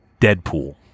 deadpool